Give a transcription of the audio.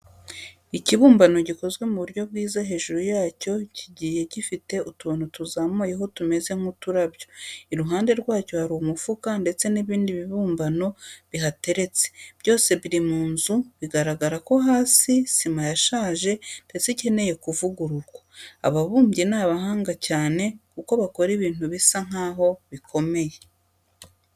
Ikibumbano gikoze mu buryo bwiza, hejuru yacyo kigiye gifite utuntu tuzamuyeho tumeze nk'uturabyo. Iruhande rwacyo hari umufuka ndetse n'ibindi bibumbano bihateretse. Byose biri mu nzu bigaragara ko hasi sima yashaje ndetse ikeneye kuvugururwa. Ababumbyi ni abahanga cyane kuko bakora ibintu bisa nkaho bikomeye.